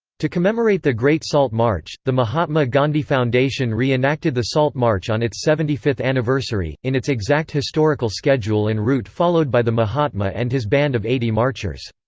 to commemorate the great salt march, the mahatma gandhi foundation re-enacted the salt march on its seventy fifth anniversary, in its exact historical schedule and route followed by the mahatma and his band of eighty marchers.